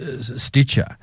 Stitcher